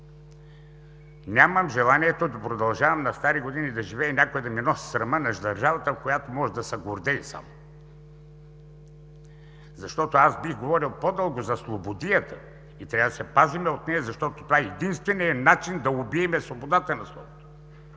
Нямам желанието да продължавам на стари години да живея и някой да ми носи срама в държавата, с която може само да се гордее. Защото аз бих говорил по-дълго за слободията и трябва да се пазим от нея, защото това е единственият начин да убием свободата на словото.